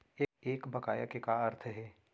एक बकाया के का अर्थ हे?